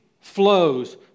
flows